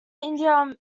india